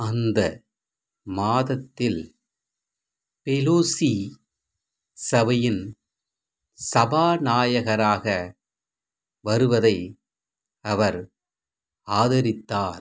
அந்த மாதத்தில் பெலோசி சபையின் சபாநாயகராக வருவதை அவர் ஆதரித்தார்